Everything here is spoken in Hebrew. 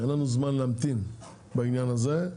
אין לנו זמן להמתיק בעניין הזה.